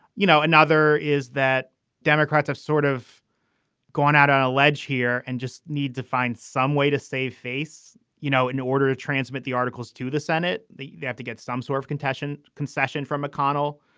you know, another is that democrats have sort of gone out on a ledge here and just need to find some way to save face. you know, in order to transmit the articles to the senate, they have to get some sort of confession, concession from mcconnell,